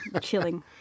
chilling